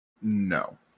No